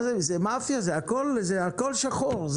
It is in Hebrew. זאת מאפיה, הכול שחור.